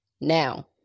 Now